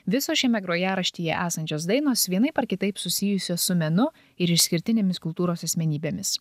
visos šiame grojaraštyje esančios dainos vienaip ar kitaip susijusios su menu ir išskirtinėmis kultūros asmenybėmis